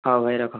ହଉ ଭାଇ ରଖ